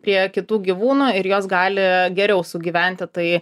prie kitų gyvūnų ir jos gali geriau sugyventi tai